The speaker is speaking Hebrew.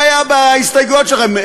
זה היה בהסתייגויות שלכם,